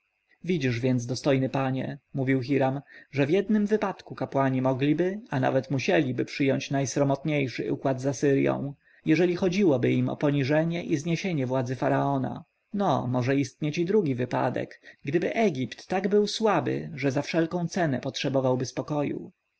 widzisz więc dostojny panie mówił hiram że w jednym wypadku kapłani mogliby a nawet musieliby przyjąć najsromotniejszy układ z asyrją jeżeli chodziłoby im o poniżenie i zniesienie władzy faraona no może istnieć i drugi wypadek gdyby egipt był tak słaby że za wszelką cenę potrzebowałby spokoju